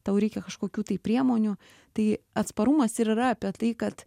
tau reikia kažkokių tai priemonių tai atsparumas ir yra apie tai kad